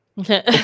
Okay